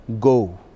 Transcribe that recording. go